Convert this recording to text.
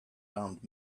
armed